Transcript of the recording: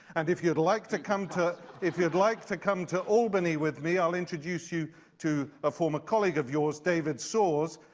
and if you'd like to come to if you'd like to come to albany with me, i'll introduce you to a former colleague of yours, david soures,